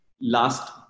last